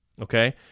okay